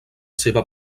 seva